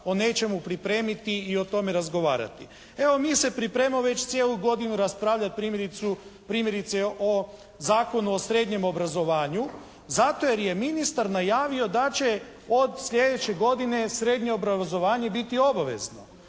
o nečemu pripremiti i o tome razgovarati. Evo mi se pripremo, već cijelu godinu raspravljati primjerice o Zakonu o srednjem obrazovanju, zato jer je ministar najavio da će od sljedeće godine srednje obrazovanje biti obavezno.